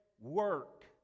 work